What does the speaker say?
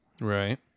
Right